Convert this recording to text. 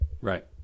Right